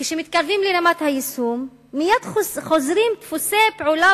כשמתקרבים לרמת היישום מייד חוזרים דפוסי פעולה